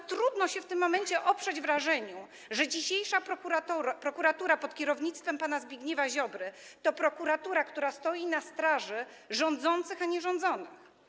Bardzo trudno się w tym momencie oprzeć wrażeniu, że dzisiejsza prokuratura pod kierownictwem pana Zbigniewa Ziobry, to prokuratura, która stoi na straży rządzących, a nie rządzonych.